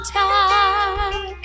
time